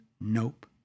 Nope